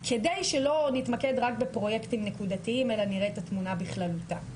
כדי שלא נתמקד רק בפרויקטים נקודתיים אלא נראה את התמונה בכללותה.